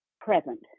present